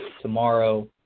tomorrow